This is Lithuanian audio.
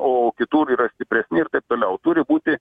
o kitur yra stipresni ir taip toliau turi būti